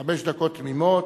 חמש דקות תמימות,